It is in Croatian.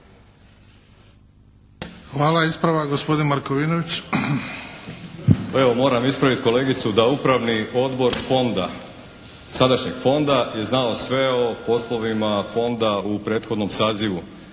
Krunoslav (HDZ)** Pa evo moram ispraviti kolegicu da Upravni odbor Fonda, sadašnjeg Fonda je znao sve o poslovima Fonda u prethodnom sazivu.